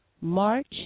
March